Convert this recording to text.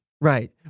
right